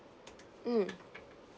mm